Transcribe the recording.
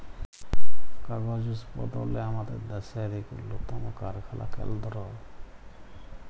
কাগজ উৎপাদলে আমাদের দ্যাশের ইক উল্লতম কারখালা কেলদ্র